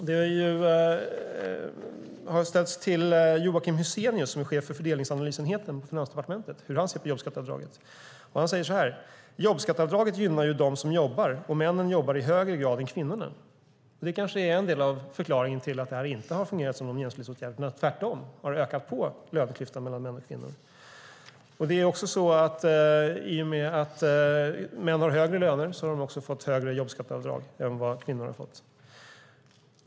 Man har frågat Joakim Hussénius, som är chef för fördelningsanalysenheten på Finansdepartementet, hur han ser på jobbskatteavdraget. Han säger så här: Jobbskatteavdraget gynnar ju dem som jobbar, och männen jobbar i högre grad än kvinnorna. Det kanske är en del av förklaringen till att det här inte har fungerat som någon jämställdhetsåtgärd. Det har tvärtom ökat löneklyftan mellan män och kvinnor. I och med att män har högre löner har de också fått högre jobbskatteavdrag än vad kvinnor har fått.